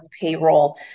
payroll